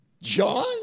John